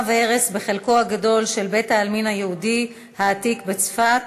והרס בחלקו הגדול של בית-העלמין היהודי העתיק בצפת